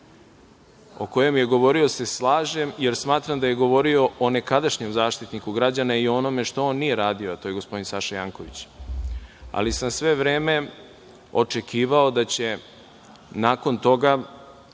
o kojem je govorio se slažem, jer smatram da je govorio o nekadašnjem Zaštitniku građana i o onome što on nije radio, a to je Saša Janković. Ali, sam sve vreme očekivao da će nakon toga